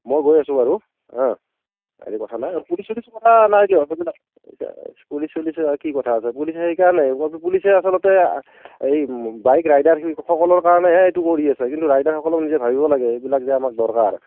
মই গৈ আছোঁ বাৰু হা একো কথা নাই পুলিচ চুলিচৰ কথা নাই দিয়ক সেইবিলাক পুলিচ চুলিচৰ আৰু কি কথা আছে পুলিচে সেইকাৰণেই পুলিচে আচলতে এই বাইক ৰাইডাৰসকলৰ কাৰণেহে এইটো কৰি আছে কিন্তু ৰাইডাৰসকলেও নিজে ভাবিব লাগে এইবিলাক যে আমাক দৰকাৰ